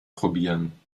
probieren